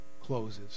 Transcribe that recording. closes